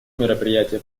мероприятия